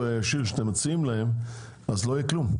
הישיר שאתם מציעים להם אז לא יהיה כלום.